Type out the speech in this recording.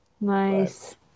nice